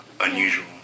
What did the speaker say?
unusual